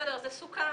בסדר, זה סוכם.